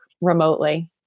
remotely